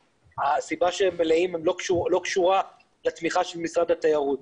הסיבה שהם מלאים לא קשורה לתמיכה של משרד התיירות.